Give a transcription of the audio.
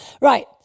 right